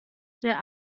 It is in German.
der